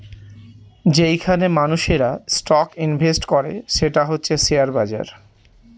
যেইখানে মানুষেরা stock invest করে সেটা হচ্ছে শেয়ার বাজার